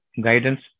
guidance